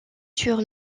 sur